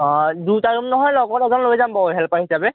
অঁ দুটা ৰুম নহয় লগত এজন লৈ যাম বাৰু হেল্পাৰ হিচাপে